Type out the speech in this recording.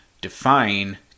define